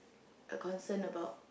a concern about